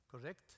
Correct